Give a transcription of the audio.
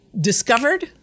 discovered